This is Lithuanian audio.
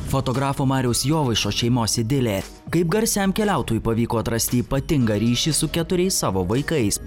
fotografo mariaus jovaišos šeimos idilė kaip garsiam keliautojui pavyko atrasti ypatingą ryšį su keturiais savo vaikais